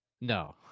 No